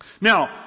Now